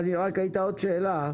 הייתה עוד שאלה,